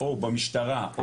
או במשטרה,